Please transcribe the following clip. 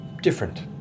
different